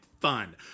fun